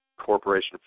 Corporation